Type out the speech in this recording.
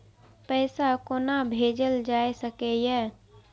पैसा कोना भैजल जाय सके ये